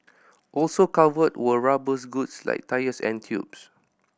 also covered were rubbers goods like tyres and tubes